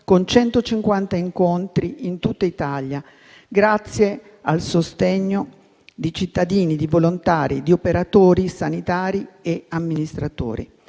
con 150 incontri in tutta Italia. Grazie al sostegno di cittadini, volontari e operatori sanitari e amministratori,